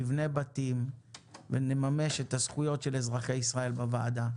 נבנה בתים ונממש את הזכויות של אזרחי ישראל בוועדה.